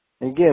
Again